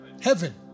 heaven